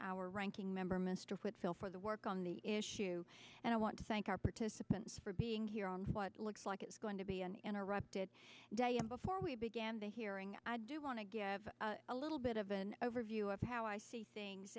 and our ranking member mr whitfield for the work on the issue and i want to thank our participants for being here on what looks like it's going to be an interrupted day and before we began the hearing i do want to give a little bit of an overview of how i see things